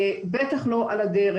בטח לא על הדרך.